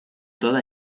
toda